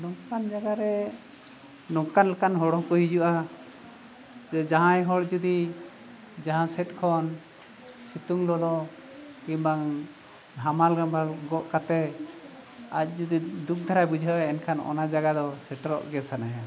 ᱱᱚᱝᱠᱟᱱ ᱡᱟᱜᱟᱨᱮ ᱱᱚᱝᱠᱟ ᱞᱮᱠᱟᱱ ᱦᱚᱲ ᱦᱚᱸᱠᱚ ᱦᱤᱡᱩᱜᱼᱟ ᱡᱮ ᱡᱟᱦᱟᱸᱭ ᱦᱚᱲ ᱡᱩᱫᱤ ᱡᱟᱦᱟᱸ ᱥᱮᱫ ᱠᱷᱚᱱ ᱥᱤᱛᱩᱝ ᱞᱚᱞᱚ ᱠᱤᱢᱵᱟ ᱦᱟᱢᱟᱞ ᱜᱟᱢᱟᱞ ᱜᱚᱜ ᱠᱟᱛᱮ ᱟᱡ ᱡᱩᱫᱤ ᱫᱩᱠ ᱫᱷᱟᱨᱟᱭ ᱵᱩᱡᱷᱟᱹᱣᱮᱫᱟ ᱮᱱᱠᱷᱟᱱ ᱚᱱᱟ ᱡᱟᱭᱜᱟ ᱫᱚ ᱥᱮᱴᱮᱨᱚᱜ ᱜᱮ ᱥᱟᱱᱟᱭᱮᱭᱟ